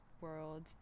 world